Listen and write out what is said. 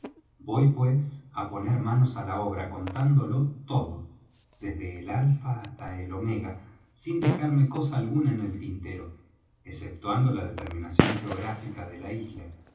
voy pues á poner manos á la obra contándolo todo desde el alfa hasta el omega sin dejarme cosa alguna en el tintero exceptuando la determinación geográfica de la isla